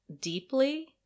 deeply